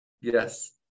Yes